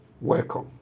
Welcome